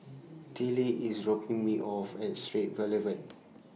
Teela IS dropping Me off At Straits Boulevard